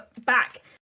back